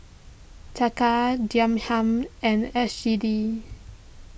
Taka Dirham and S G D